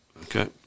Okay